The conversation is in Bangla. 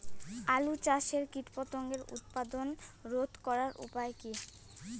আলু চাষের কীটপতঙ্গের উৎপাত রোধ করার উপায় কী?